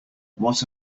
what